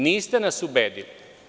Niste nas ubedili.